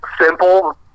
simple